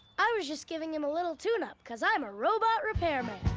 i was just giving him a little tune-up cause i'm a robot repairman!